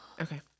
Okay